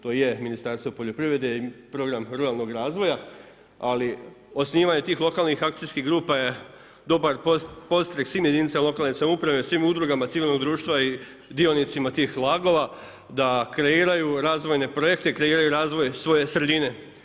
To je Ministarstvo poljoprivrede i program ruralnog razvoja, ali osnivanje tih lokalnih akcijskih grupa je dobar podstrek svim jedinicama lokalne samouprave, svim udrugama civilnog društva i dionicima tih lagova da kreiraju razvojne projekte, kreiraju razvoj svoje sredine.